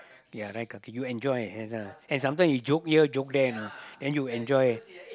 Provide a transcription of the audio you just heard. ya right kaki you enjoy and sometimes you joke here joke there you know then you enjoy